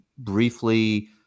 briefly